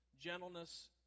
gentleness